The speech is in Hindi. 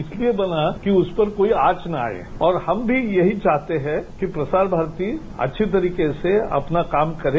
इसलिये बना कि उस पर कोई आंच न आये और हम भी यही चाहते हैं कि प्रसार भारती अच्छी तरीके से अपना काम करे